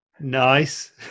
Nice